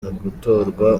gutorwa